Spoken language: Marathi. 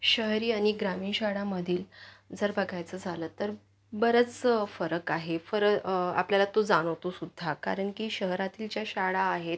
शहरी आणि ग्रामीण शहरामधील जर बघायचं झालं तर बरंच फरक आहे फर आपल्याला तो जाणवतोसुद्धा कारण की शहरातील ज्या शाळा आहेत